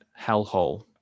hellhole